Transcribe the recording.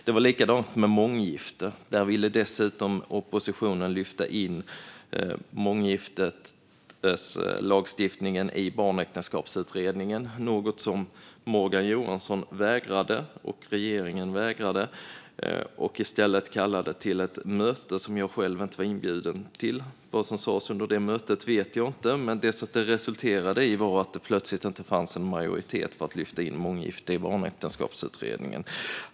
Det var likadant med månggifte. Där ville dessutom oppositionen lyfta in månggifteslagstiftningen i barnäktenskapsutredningen - något som Morgan Johansson och regeringen vägrade. I stället kallade man till ett möte som jag själv inte var inbjuden till. Vad som sas under detta möte vet jag inte, men det resulterade i att det plötsligt inte fanns en majoritet för att lyfta in månggifte i barnäktenskapsutredningen.